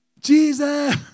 Jesus